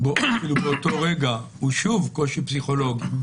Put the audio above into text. באותו רגע הוא שוב קושי פסיכולוגי.